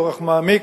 באורח מעמיק.